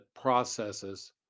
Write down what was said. processes